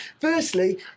Firstly